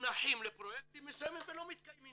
שמונחים לפרויקטים מסוימים ולא מתקיימים